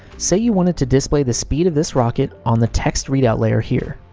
say you wanted to display the speed of this rocket on the text readout layer here.